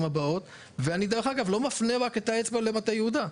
אני לא מפנה את האצבע רק למטה יהודה.